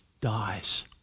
dies